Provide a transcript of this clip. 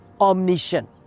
omniscient